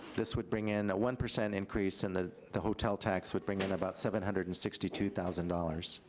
this would bring in, a one percent increase in the the hotel tax would bring in about seven hundred and sixty two thousand dollars.